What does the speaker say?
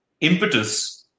impetus